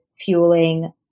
fueling